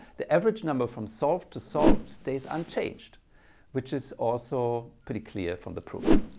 the average number from solved to solved stays unchanged which is also pretty clear from the proof.